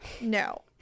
No